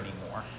anymore